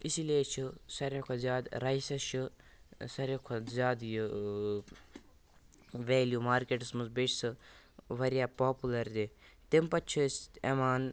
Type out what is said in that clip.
اِسی لیے چھُ ساروٕے کھۄتہٕ زیادٕ رایسَس چھُ ساروٕے کھۄتہٕ زیادٕ یہِ ٲں ویلیو مارکیٹَس منٛز بیٚیہِ چھِ سُہ واریاہ پاپُلَر تہِ تمہِ پَتہٕ چھُ اسہِ یِوان